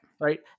Right